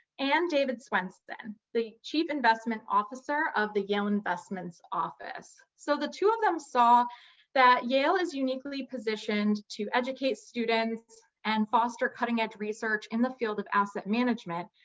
and david swensen, the chief investment officer of the yale investments office. so the two of them saw that yale is uniquely positioned to educate students and foster cutting edge research in the field of asset management.